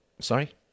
Sorry